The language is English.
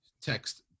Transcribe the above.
text